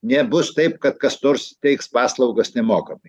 nebus taip kad kas nors teiks paslaugas nemokamai